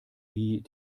wie